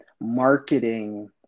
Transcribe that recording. marketing